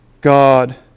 God